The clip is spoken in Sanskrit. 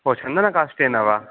ओ चन्दनकाष्ठेन वा